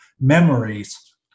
memories